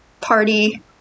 party